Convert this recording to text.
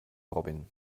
robin